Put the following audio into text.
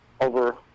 over